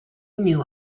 knew